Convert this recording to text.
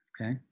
Okay